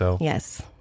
Yes